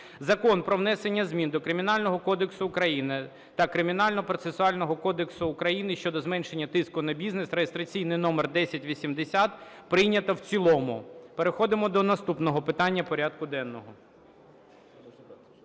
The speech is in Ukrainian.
Закон про внесення змін до Кримінального кодексу України та Кримінально процесуального кодексу України щодо зменшення тиску на бізнес (реєстраційний номер 1080) прийнято в цілому. Переходимо до наступного питання порядку денного.